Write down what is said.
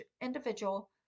individual